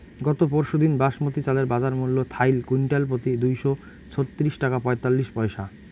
গত পরশুদিন বাসমতি চালের বাজারমূল্য থাইল কুইন্টালপ্রতি দুইশো ছত্রিশ টাকা পঁয়তাল্লিশ পইসা